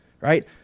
right